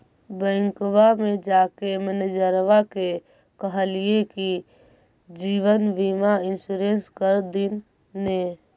बैंकवा मे जाके मैनेजरवा के कहलिऐ कि जिवनबिमा इंश्योरेंस कर दिन ने?